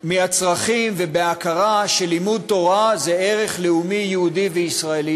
מהצרכים ומההכרה שלימוד תורה הוא ערך לאומי יהודי וישראלי.